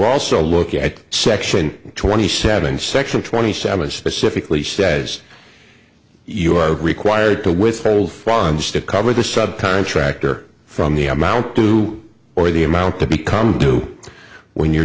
also look at section twenty seven section twenty seven specifically says you are required to withhold funds to cover the subcontractor from the amount due or the amount they become do when you're